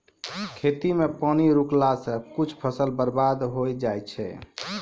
खेत मे पानी रुकला से कुछ फसल बर्बाद होय जाय छै